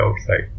outside